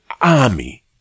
army